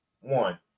one